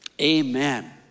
Amen